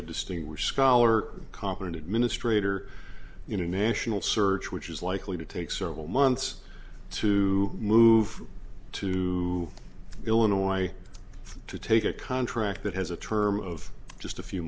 a distinguished scholar competent administrator international search which is likely to take several months to move to illinois to take a contract that has a term of just a few